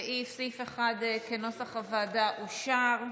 סעיף 1, כנוסח הוועדה, אושר.